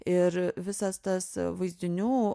ir visas tas vaizdinių